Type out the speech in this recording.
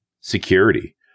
Security